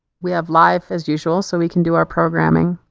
we have live as usual so we can do our programming.